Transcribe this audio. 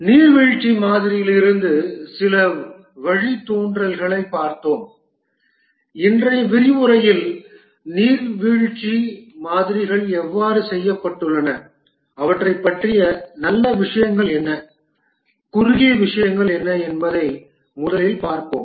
நீர்வீழ்ச்சி மாதிரியிலிருந்து சில வழித்தோன்றல்களைப் பார்த்தோம் இன்றைய விரிவுரையில் நீர்வீழ்ச்சி மாதிரிகள் எவ்வாறு செய்யப்பட்டுள்ளன அவற்றைப் பற்றிய நல்ல விஷயங்கள் என்ன குறுகிய விஷயங்கள் என்ன என்பதை முதலில் பார்ப்போம்